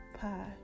pie